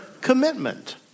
commitment